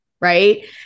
right